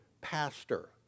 pastor